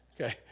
Okay